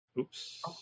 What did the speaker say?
Oops